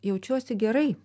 jaučiuosi gerai